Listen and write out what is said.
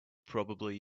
probably